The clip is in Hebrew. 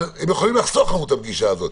אבל הם יכולים לחסוך לנו את הפגישה הזאת.